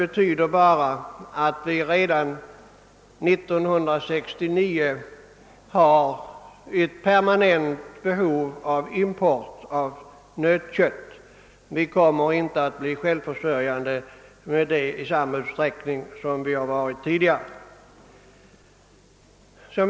Detta betyder att vi redan 1969 kommer att ha ett permanent behov av import av nötkött; vi kommer alltså inte att vara självförsörjande med nötkött i samma utsträckning som tidigare.